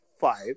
five